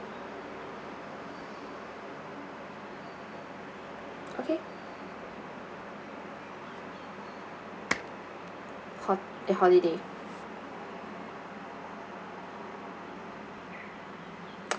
okay ho~ eh holiday